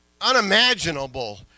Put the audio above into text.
unimaginable